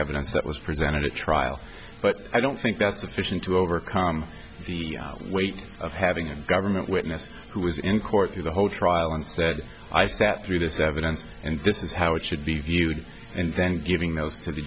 announced that was presented at trial but i don't think that's sufficient to overcome the weight of having a government witness who was in court through the whole trial and said i sat through this evidence and this is how it should be viewed and then giving those to the